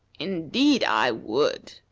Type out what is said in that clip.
indeed i would!